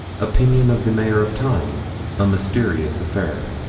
opinion of the mayor of tyne a mysterious affair.